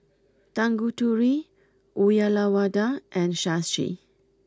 Tanguturi Uyyalawada and Shashi